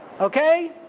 Okay